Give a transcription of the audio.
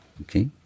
okay